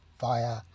via